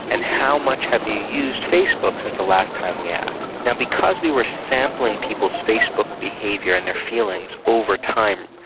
and how much have used facebook since the last time we asked. and because we were sampling people's facebook behaviour and their feelings over time,